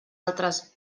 altres